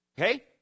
Okay